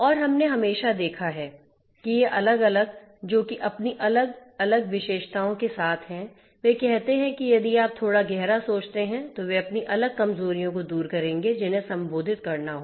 और हमने हमेशा देखा है कि ये अलग अलग जो कि अपनी अलग विशेषताओं के साथ हैं वे कहते हैं कि यदि आप थोड़ा गहरा सोचते हैं तो वे अपनी अलग कमजोरियों को दूर करेंगे जिन्हें संबोधित करना होगा